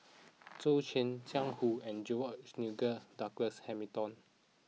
Zhou Can Jiang Hu and George Nigel Douglas Hamilton